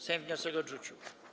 Sejm wniosek odrzucił.